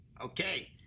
Okay